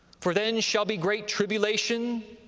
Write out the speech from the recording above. for then shall be great tribulation,